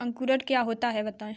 अंकुरण क्या होता है बताएँ?